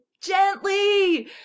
GENTLY